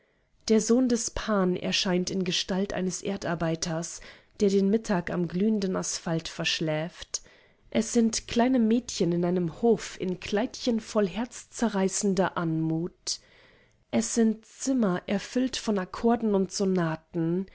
der sohn des pan erscheint in gestalt eines erdarbeiters der den mittag am glühenden asphalt verschläft es sind kleine mädchen in einem hof in kleidchen voll herzzerreißender armut es sind zimmer erfüllt von akkorden und sonaten